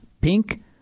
pink